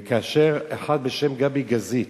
כאשר אחד בשם גבי גזית,